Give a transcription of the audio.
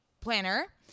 planner